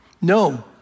No